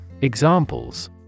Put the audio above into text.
Examples